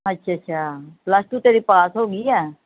ਅੱਛਾ ਅੱਛਾ plus two ਤੇਰੀ ਪਾਸ ਹੋ ਗਈ ਹੈ